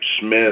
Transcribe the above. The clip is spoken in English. Smith